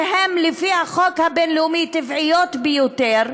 שלפי החוק הבין-לאומי הן טבעיות ביותר,